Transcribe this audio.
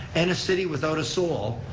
and a city without a soul.